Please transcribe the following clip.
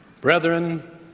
Brethren